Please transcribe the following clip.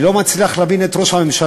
אני לא מצליח להבין את ראש הממשלה,